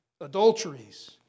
adulteries